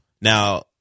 Now